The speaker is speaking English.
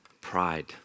pride